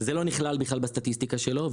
זה לא נכלל בכלל בסטטיסטיקה שלו,